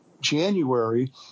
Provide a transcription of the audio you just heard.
January